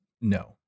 no